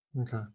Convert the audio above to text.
Okay